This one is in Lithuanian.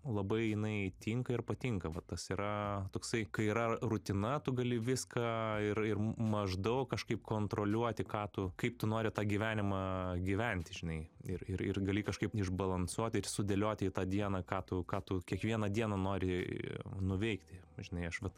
labai jinai tinka ir patinka va tas yra toksai kai yra rutina tu gali viską ir ir maždaug kažkaip kontroliuoti ką tu kaip tu nori tą gyvenimą gyventi žinai ir ir ir gali kažkaip išbalansuoti ir sudėlioti į tą dieną ką tu ką tu kiekvieną dieną nori nuveikti žinai aš vat